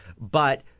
but-